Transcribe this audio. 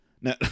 Now